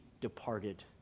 departed